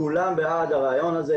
כולם בעד הרעיון הזה,